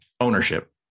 ownership